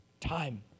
time